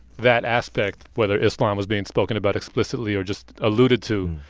that aspect, whether islam was being spoken about explicitly or just alluded to,